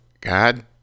god